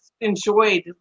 enjoyed